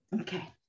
okay